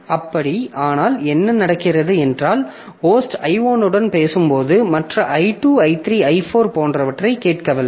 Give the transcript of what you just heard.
அப்படி ஆனால் என்ன நடக்கிறது என்றால் ஹோஸ்ட் I1 உடன் பேசும்போது மற்ற I2 I3 I4 போன்றவற்றைக் கேட்கவில்லை